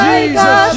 Jesus